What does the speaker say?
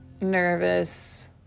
nervous